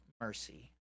mercy